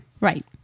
Right